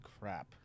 crap